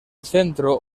centro